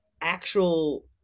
actual